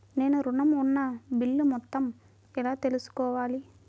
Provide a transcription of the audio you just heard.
నేను ఋణం ఉన్న బిల్లు మొత్తం ఎలా తెలుసుకోవాలి?